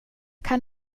kan